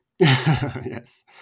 Yes